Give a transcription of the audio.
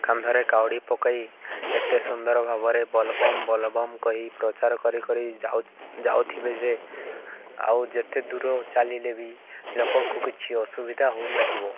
କାନ୍ଧରେ କାଉଡ଼ି ପକାଇ ଏତେ ସୁନ୍ଦର ଭାବରେ ବୋଲ୍ବମ୍ ବୋଲ୍ବମ୍ କହି ପ୍ରଚାର କରିି କରିି ଯାଉଥିବେ ଯେ ଆଉ ଯେତେ ଦୂର ଚାଲିଲେ ବି ଲୋକଙ୍କୁ କିଛି ଅସୁବିଧା ହଉନଥିବ